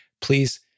please